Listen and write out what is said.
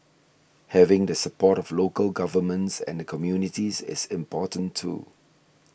having the support of local governments and the communities is important too